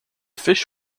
fish